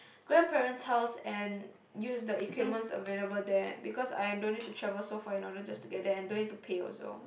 grandparent's house and use the equipments available there because I don't need to travel so far in order to get there and don't need to pay also